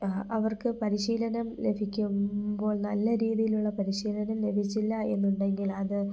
അവർക്ക് പരിശീലനം ലഭിക്കുമ്പോൾ നല്ല രീതിയിലുള്ള പരിശീലനം ലഭിച്ചില്ല എന്നുണ്ടെങ്കിൽ അത്